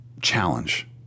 challenge